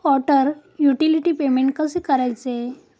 Water utility payment कसे करायचे?